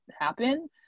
happen